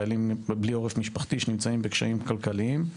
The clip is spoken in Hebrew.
חיילים בלי עורף משפחתי שנמצאים בקשיים כלכליים.